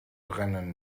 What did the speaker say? brennen